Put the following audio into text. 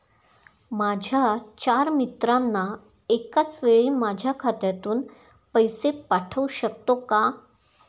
माझ्या चार मित्रांना एकाचवेळी माझ्या खात्यातून पैसे पाठवू शकतो का?